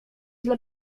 dla